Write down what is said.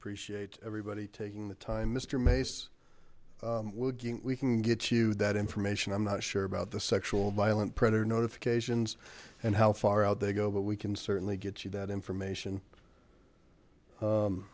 appreciate everybody taking the time mr mace we can get you that information i'm not sure about the sexual violent predator notifications and how far out they go but we can certainly get you that information